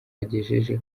agejeje